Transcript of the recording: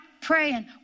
praying